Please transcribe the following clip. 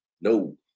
No